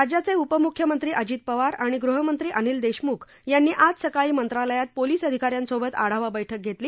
राज्याचे उपमुख्यमंत्री अजित पवार आणि गृहमंत्री अनिल देशमुख यांनी आज सकाळी मंत्रालयात पोलीस अधिकाऱ्यांसोबत आढावा बैठक घेतली